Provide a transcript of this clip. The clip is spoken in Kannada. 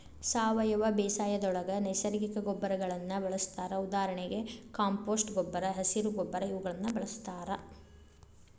ಸಾವಯವ ಬೇಸಾಯದೊಳಗ ನೈಸರ್ಗಿಕ ಗೊಬ್ಬರಗಳನ್ನ ಬಳಸ್ತಾರ ಉದಾಹರಣೆಗೆ ಕಾಂಪೋಸ್ಟ್ ಗೊಬ್ಬರ, ಹಸಿರ ಗೊಬ್ಬರ ಇವುಗಳನ್ನ ಬಳಸ್ತಾರ